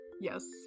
Yes